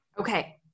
Okay